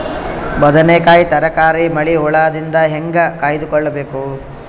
ಬದನೆಕಾಯಿ ತರಕಾರಿ ಮಳಿ ಹುಳಾದಿಂದ ಹೇಂಗ ಕಾಯ್ದುಕೊಬೇಕು?